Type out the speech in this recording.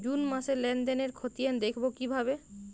June মাসের লেনদেনের খতিয়ান দেখবো কিভাবে?